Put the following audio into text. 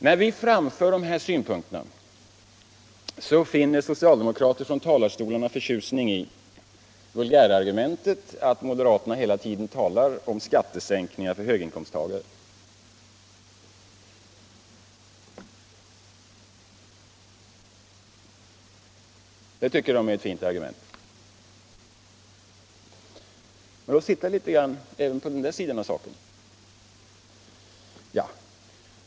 När vi framför dessa synpunkter, finner socialdemokrater i talarstolarna förtjusning i vulgärargumentet att moderaterna hela tiden talar om skattesänkning för höginkomsttagare. Det tycker man är ett fint argument. Låt oss titta även på den sidan av saken.